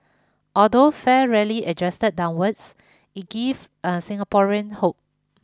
although fare rarely adjusted downwards it give a Singaporean hope